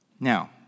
Now